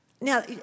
Now